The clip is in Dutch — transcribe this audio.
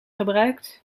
gebruikt